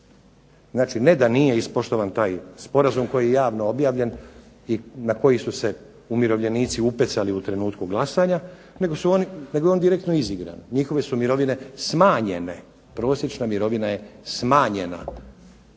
Znači ne da nije ispoštovan taj sporazum koji je javno objavljen i na koji su se umirovljenici upecali u trenutku glasanja nego je on direktno izigran. Njihove su mirovine smanjenje, prosječna mirovina je smanjena